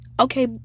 Okay